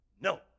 No